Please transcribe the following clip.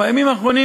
בימים האחרונים,